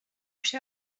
się